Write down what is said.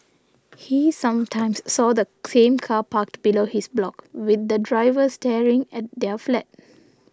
he sometimes saw the same car parked below his block with the driver staring at their flat